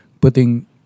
Putting